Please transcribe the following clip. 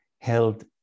held